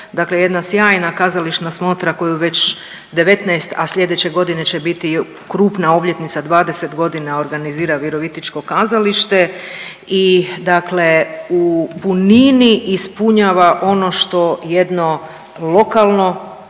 dakle jedna sjajna kazališna smotra koju već 19, a slijedeće godine će biti krupna obljetnica 20.g. organizira Virovitičko kazalište i dakle u punini ispunjava ono što jedno lokalno